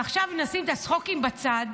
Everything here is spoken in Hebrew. עכשיו, נשים את הצחוקים בצד.